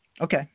Okay